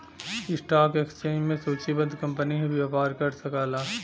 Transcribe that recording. stock exchange में सूचीबद्ध company ही व्यापार कर सकला